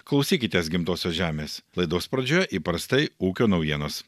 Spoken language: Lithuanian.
klausykitės gimtosios žemės laidos pradžioje įprastai ūkio naujienos